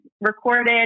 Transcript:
recorded